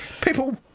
People